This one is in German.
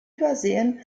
übersehen